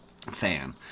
fan